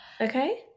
Okay